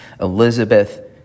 Elizabeth